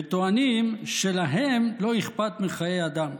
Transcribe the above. וטוענים שלהם לא אכפת מחיי אדם.